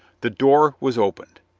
the door was opened.